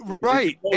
Right